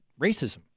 racism